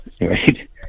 Right